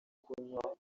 kunywa